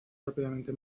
rápidamente